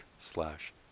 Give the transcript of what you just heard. slash